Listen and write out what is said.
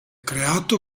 creato